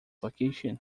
location